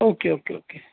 okay okay okay